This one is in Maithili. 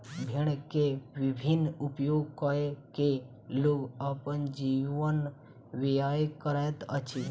भेड़ के विभिन्न उपयोग कय के लोग अपन जीवन व्यय करैत अछि